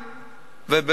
הלוואי.